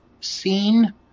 Scene